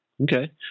Okay